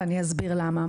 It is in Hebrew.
ואני אסביר למה.